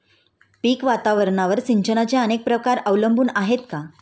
पीक वातावरणावर सिंचनाचे अनेक प्रकार अवलंबून आहेत का?